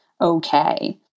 Okay